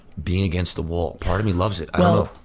being against the wall. part of me loves it. well,